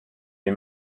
est